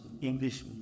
English